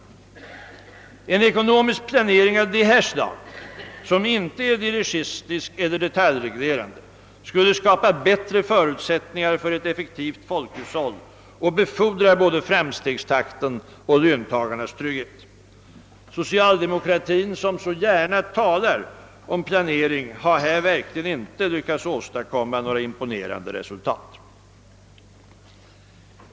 En ekonomisk planering av detta slag, som inte är dirigistisk eller detaljreglerande, skulle skapa bättre förutsättningar för ett effektivt folkhushåll och befordra både framstegstakten och löntagarnas trygghet. Socialdemokratin, som så gärna talar om planering, har här verkligen inte lyckats. åstadkomma några imponerande resultat.